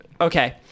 Okay